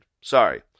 Sorry